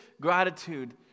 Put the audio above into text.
gratitude